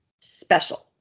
special